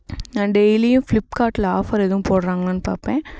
நான் டெய்லியும் பிளிஃப்கார்ட்ல ஆஃபர் எதுவும் போடுறாங்களான்னு பார்ப்பேன்